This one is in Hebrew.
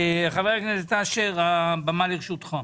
חבר הכנסת אשר, הבמה לרשותך.